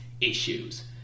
issues